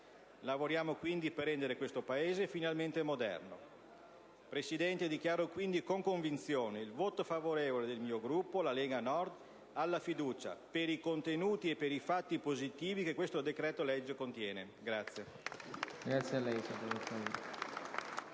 Lavoriamo, quindi, per rendere questo Paese finalmente moderno. Signor Presidente, dichiaro quindi, con convinzione, il voto favorevole del Gruppo della Lega Nord alla questione fiducia, per i contenuti e per i fatti positivi che il decreto‑legge contiene.